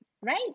right